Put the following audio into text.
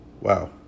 Wow